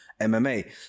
MMA